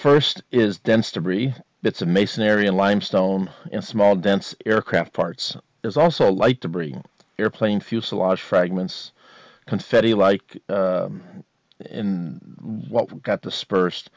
first is dense debris it's amazing area limestone in small dense aircraft parts is also like to bring airplane fuselage fragments confetti like in what we've got dispersed